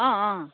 অঁ অঁ